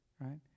right